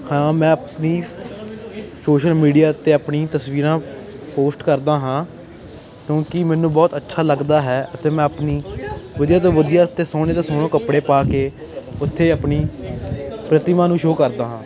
ਹਾਂ ਮੈਂ ਆਪਣੀ ਸੋਸ਼ਲ ਮੀਡੀਆ 'ਤੇ ਆਪਣੀਆਂ ਤਸਵੀਰਾਂ ਪੋਸਟ ਕਰਦਾ ਹਾਂ ਕਿਉਂਕਿ ਮੈਨੂੰ ਬਹੁਤ ਅੱਛਾ ਲੱਗਦਾ ਹੈ ਅਤੇ ਮੈਂ ਆਪਣੀ ਵਧੀਆ ਤੋਂ ਵਧੀਆ ਅਤੇ ਸੋਹਣੇ ਤੋਂ ਸੋਹਣੇ ਕੱਪੜੇ ਪਾ ਕੇ ਉੱਥੇ ਆਪਣੀ ਪ੍ਰਤਿਮਾ ਨੂੰ ਸ਼ੋ ਕਰਦਾ ਹਾਂ